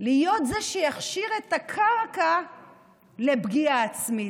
להיות זה שיכשיר את הקרקע לפגיעה עצמית.